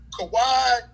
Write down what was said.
Kawhi